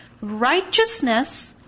Righteousness